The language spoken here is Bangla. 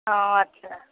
ও আচ্ছা